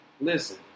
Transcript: listen